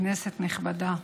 כנסת נכבדה,